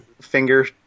finger